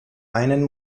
einen